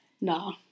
No